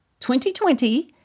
2020